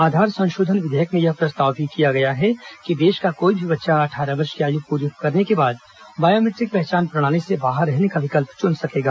आधार संशोधन विधेयक में यह प्रस्ताव भी किया गया है कि देश का कोई भी बच्चा अट्ठारह वर्ष की आयु पूरी करने के बाद बायोमैट्रिक पहचान प्रणाली से बाहर रहने का विकल्प चुन सकेगा